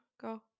go